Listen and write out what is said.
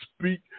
speak